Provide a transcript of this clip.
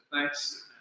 thanks